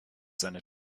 seine